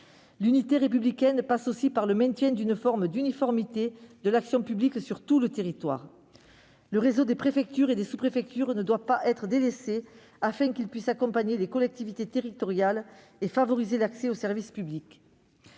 L'unité républicaine passe aussi par le maintien d'une forme d'uniformité de l'action publique sur tout le territoire. Le réseau des préfectures et des sous-préfectures ne doit pas être délaissé, afin de pouvoir accompagner les collectivités territoriales et favoriser l'accès aux services publics.